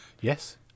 Yes